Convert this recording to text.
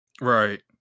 right